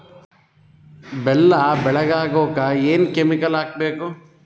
ಬೆಲ್ಲ ಬೆಳಗ ಆಗೋಕ ಏನ್ ಕೆಮಿಕಲ್ ಹಾಕ್ಬೇಕು?